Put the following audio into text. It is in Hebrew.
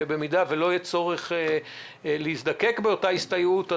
במידה ולא יהיה צורך להזדקק באותה הסתייעות,